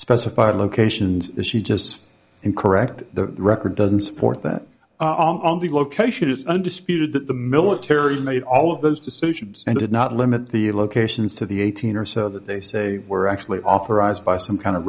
specified locations is she just and correct the record doesn't support that on the location it's undisputed that the military made all of those decisions and did not limit the locations to the eighteen or so that they say were actually authorized by some kind of